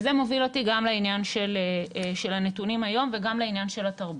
וזה מוביל אותי גם לעניין של הנתונים היום וגם לעניין של התרבות.